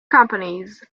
companies